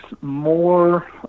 more